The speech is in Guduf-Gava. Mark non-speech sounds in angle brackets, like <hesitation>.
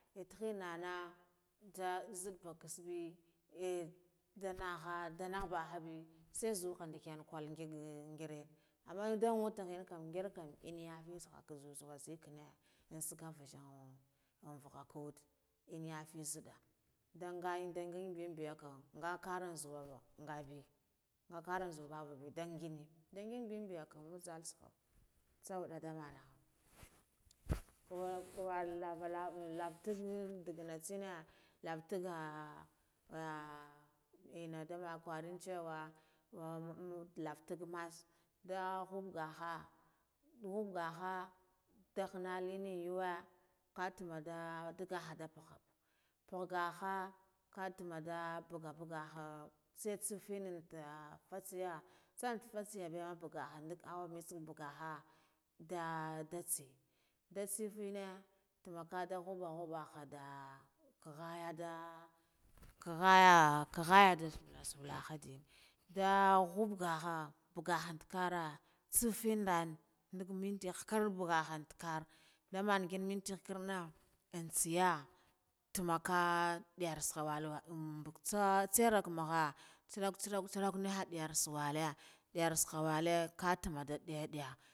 Intihi nana nda nzidde ba kasbe nda ha nda nahbahabe sai zuha ndikiyan hall ngig ngire, amman ndan wadde ghenakam inniya mitse haka zazuwa nzikinne ingakam vishen an vahakad, enna yafi nzidda nda ngan binbiyakam nga kara zawan ngabe nkara zu baba nda nda ngig be, nda ngigbeyakam usal tsaha tsawadu nda mana, dawa duwa lava lava lavatren diyana tsena lava tagga <hesitation> enna dama kwarun ciwa am lava tagg mass nda huppga hupp gaha nda hannalin yawa katuma du dagaha pugha puggaha katuma da buga baggaha, sai tsefine da fatseya tsal fatsega baga ndak amma mitse nda bagaha nda da tsiye nda tsif enne tumaka da happa happa ha daa khahaya, da khahaya khkhaya da sulla sulla dina nda hupp gaha bugahan takkar tseffendan ndak miti khakar, ba gahan takkar nda mangin miti khukarna in tseya tuma ka ndiyar tseha walle walle ambuk tsa tsera kummugha turak turrak niye annus wake ndiyar tsaha wake ka tama da diya diya.